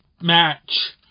match